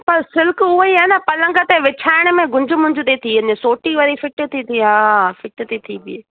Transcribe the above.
पर सिल्क उअई आहे न पलंग ते विछाइण में गुंज मुंज थी थी वञे सोटी वरी फ़िट थी थिए हा फ़िट थी थी बीहे